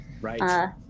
Right